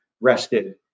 rested